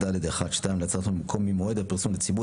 המסתייגים נמצאים בחדר?